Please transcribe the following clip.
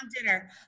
dinner